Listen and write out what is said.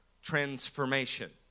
Transformation